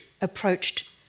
approached